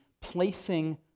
placing